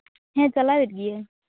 ᱦᱮᱸ ᱪᱟᱞᱟᱣᱮᱫ ᱜᱮᱭᱟᱹᱧ